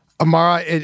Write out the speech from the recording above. Amara